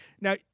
now